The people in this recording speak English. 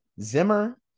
Zimmer